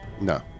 No